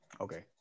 Okay